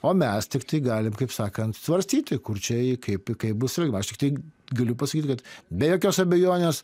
o mes tiktai galim kaip sakant svarstyti kur čia kaip kaip bus aš tiktai galiu pasakyt kad be jokios abejonės